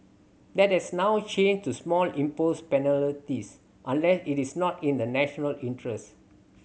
that has now changed to small impose penalties unless it is not in the national interest